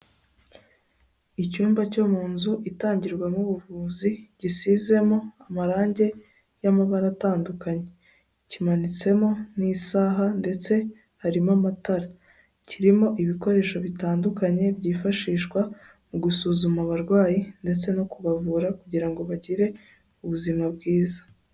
Icyumba cyo mu nzu itangirwamo ubuvuzi, gisizemo amarangi y'amabara atandukanye, kimanitsemo n'isaha ndetse harimo amatara, kirimo ibikoresho bitandukanye byifashishwa mu gusuzuma abarwayi ndetse no kubavura kugira ngo bagire ubuzima bwiza.